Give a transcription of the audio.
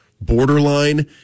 borderline